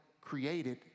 created